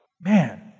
Man